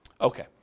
Okay